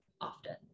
often